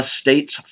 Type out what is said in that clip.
states